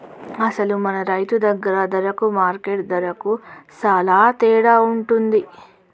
అసలు మన రైతు దగ్గర ధరకు మార్కెట్ ధరకు సాలా తేడా ఉంటుంది